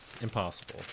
impossible